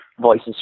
voices